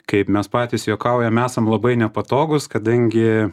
kaip mes patys juokaujam esam labai nepatogūs kadangi